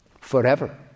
forever